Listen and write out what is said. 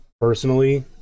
personally